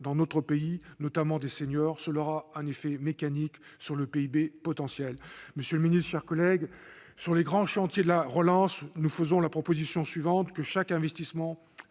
dans notre pays, notamment celui des seniors, ce qui aura un effet mécanique sur notre PIB potentiel. Monsieur le ministre, chers collègues, sur les grands chantiers de la relance, nous faisons la proposition suivante : que chaque investissement